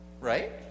right